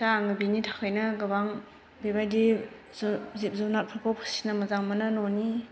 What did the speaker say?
दा आं बिनि थाखायनो गोबां बेबायदि जिब जुनारफोरखौ फिसिनो मोजां मोनो न'नि